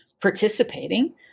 participating